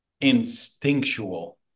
instinctual